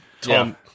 Tom